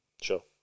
Sure